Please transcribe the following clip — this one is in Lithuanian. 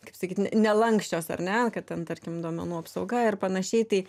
kaip sakyt n nelanksčios ar ne kad ten tarkim duomenų apsauga ir panašiai tai